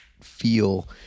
feel